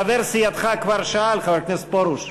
חבר סיעתך כבר שאל, חבר הכנסת פרוש.